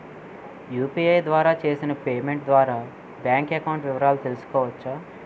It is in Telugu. యు.పి.ఐ ద్వారా చేసిన పేమెంట్ ద్వారా బ్యాంక్ అకౌంట్ వివరాలు తెలుసుకోవచ్చ?